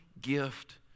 gift